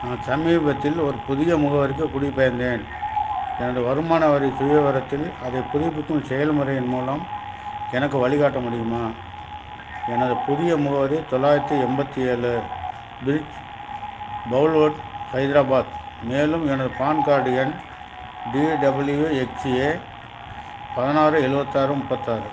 நான் சமீபத்தில் ஒரு புதிய முகவரிக்குக் குடிபெயர்ந்தேன் எனது வருமான வரி சுயவிவரத்தில் அதைப் புதுப்பிக்கும் செயல்முறையின் மூலம் எனக்கு வழிகாட்ட முடியுமா எனது புதிய முகவரி தொள்ளாயிரத்தி எண்பத்தி ஏழு பிர்ச் பவுல்வர்டு ஹைதராபாத் மேலும் எனது பான் கார்டு எண் டிடபிள்யூஎக்ஸ்ஏ பதினாறு எழுவத்தாறு முப்பத்தாறு